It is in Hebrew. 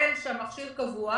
שפועל בו מכשיר קבוע,